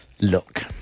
Look